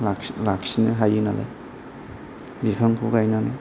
लाखिनो हायो नालाय बिफांखौ गायनानै